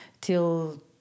till